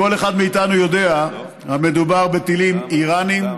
כל אחד מאיתנו יודע שמדובר בטילים איראניים,